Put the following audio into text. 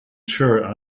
sure